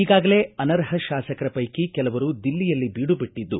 ಈಗಾಗಲೇ ಅನರ್ಹ ಶಾಸಕರ ಪೈಕಿ ಕೆಲವರು ದಿಲ್ಲಿಯಲ್ಲಿ ಬೀಡುಬಿಟ್ಟದ್ದು